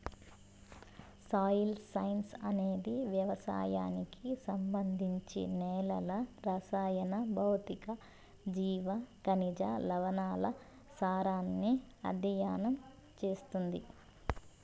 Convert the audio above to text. soil science అనేది వ్యవసాయానికి సంబంధించి నేలల రసాయన, భౌతిక, జీవ, ఖనిజ, లవణాల సారాన్ని అధ్యయనం చేస్తుంది